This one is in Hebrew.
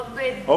לא בפרטים,